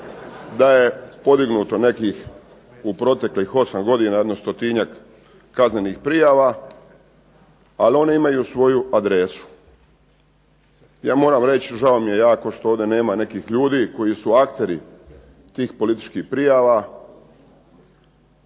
Da je podignuto nekih u proteklih 8 godina jedno stotinjak kaznenih prijava, ali oni imaju svoju adresu. Ja moram reći žao mi jako što ovdje nema nekih ljudi koji su akteri tih političkih prijava.